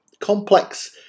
complex